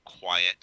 quiet